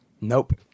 Nope